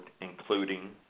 including